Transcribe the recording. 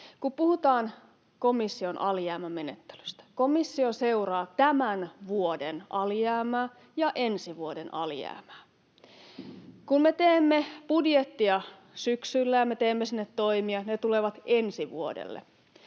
Kun puhutaan komission alijäämämenettelystä: komissio seuraa tämän vuoden alijäämää ja ensi vuoden alijäämää. Kun me teemme budjettia syksyllä ja me teemme sinne toimia, ne tulevat ensi vuodelle.